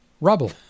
Rubble